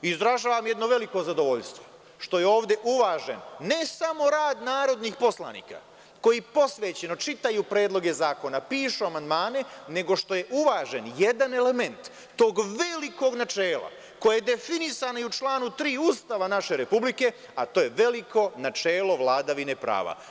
Izražavam jedno veliko zadovoljstvo što je ovde uvažen ne samo rad narodnih poslanika koji posvećeno čitaju predloge zakona, pišu amandmane, nego što je uvažen jedan element tog velikog načela koje je definisano i u članu tri Ustava naše republike, a to je veliko načelo vladavine prava.